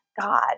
God